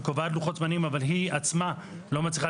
וקובעת לוחות זמנים אבל היא עצמה לא מצליחה